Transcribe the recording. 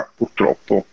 purtroppo